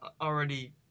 already